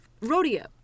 Rodeo